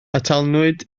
atalnwyd